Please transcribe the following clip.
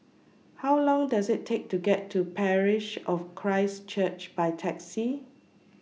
How Long Does IT Take to get to Parish of Christ Church By Taxi